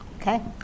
Okay